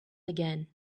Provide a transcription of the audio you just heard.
again